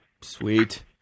Sweet